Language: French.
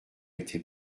été